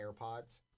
AirPods